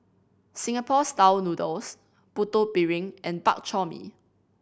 Singapore Style Noodles Putu Piring and Bak Chor Mee